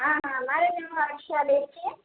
હા મારે બી વાત ચાલે છે